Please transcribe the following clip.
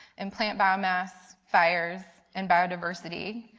and plant biomass fires and biodiversity.